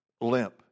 limp